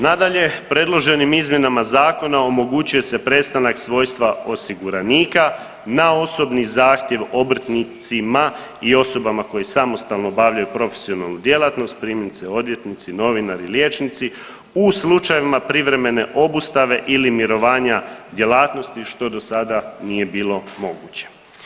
Nadalje, predloženim izmjenama zakona omogućuje se prestanak svojstva osiguranika na osobni zahtjev obrtnicima i osobama koje samostalno obavljaju profesionalnu djelatnost, primjerice odvjetnici, novinari, liječnici, u slučajevima privremene obustave ili mirovanja djelatnosti što do sada nije bilo moguće.